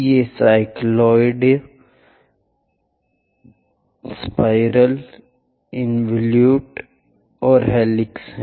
ये साइक्लोइड सर्पिल इनवोल्यूज़ और हेलिक्स हैं